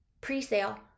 pre-sale